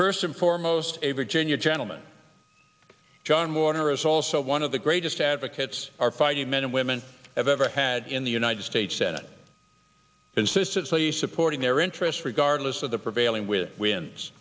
first and foremost a virginia gentleman john warner is also one of the greatest advocates our fighting men and women have ever had in the united states senate consistently supporting their interests regardless of the prevailing with wins